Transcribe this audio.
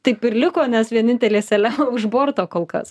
taip ir liko nes vienintelė seliava už borto kol kas